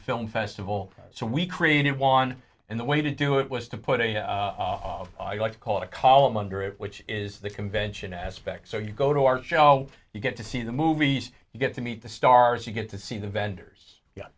film festival so we created one and the way to do it was to put off i like to call a column under it which is the convention aspect so you go to our show you get to see the movies you get to meet the stars you get to see the vendors